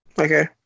Okay